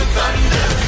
Thunder